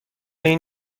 این